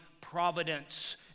providence